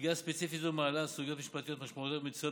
סוגיה ספציפית זו מעלה סוגיות משפטיות משמעותיות הנמצאות